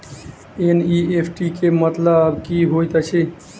NEFT केँ मतलब की होइत अछि?